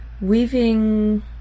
Weaving